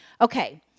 Okay